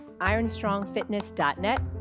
ironstrongfitness.net